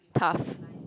tough